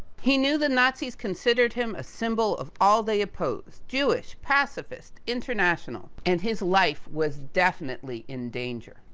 he knew the nazis considered him a symbol of all they oppose. jewish, pacifist, international. and, his life was definitely in danger.